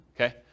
Okay